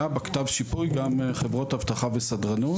היה בכתב שיפוי גם חברות אבטחה וסדרנות.